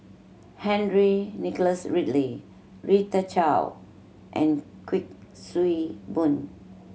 Henry Nicholas Ridley Rita Chao and Kuik Swee Boon